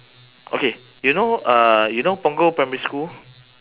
okay you know uh you know punggol primary school